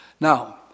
Now